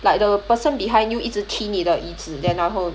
like the person behind you 一直踢你的椅子 then 然后